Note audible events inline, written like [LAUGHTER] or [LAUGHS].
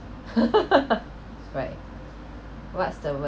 [LAUGHS] right what's the worst